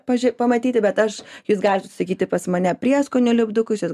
pavyzdžiui pamatyti bet aš jūs galit užsisakyti pas mane prieskonių lipdukus ir